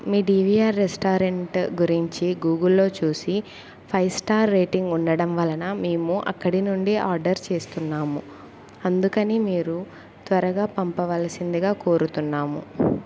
మీ DVR restaurant గురించి గూగుల్లో చూసి ఫైవ్ స్టార్ రేటింగ్ ఉండడం వలన మేము అక్కడి నుండి ఆర్డర్ చేస్తున్నాము అందుకని మీరు త్వరగా పంపవలసిందిగా కోరుతున్నాము